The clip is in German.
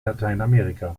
lateinamerika